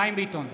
חיים ביטון,